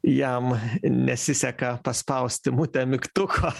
jam nesiseka paspausti mute mygtuko